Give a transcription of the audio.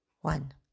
one